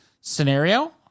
scenario